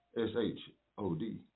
S-H-O-D